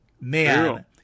man